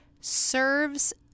serves